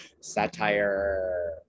satire